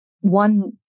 one